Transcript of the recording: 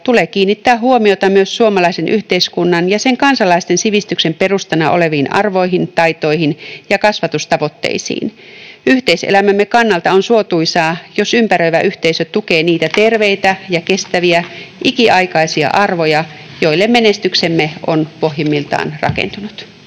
tulee kiinnittää huomiota myös suomalaisen yhteiskunnan ja sen kansalaisten sivistyksen perustana oleviin arvoihin, taitoihin ja kasvatustavoitteisiin. Yhteiselämämme kannalta on suotuisaa, jos ympäröivä yhteisö tukee niitä terveitä ja kestäviä ikiaikaisia arvoja, joille menestyksemme on pohjimmiltaan rakentunut.